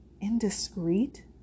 Indiscreet